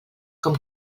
com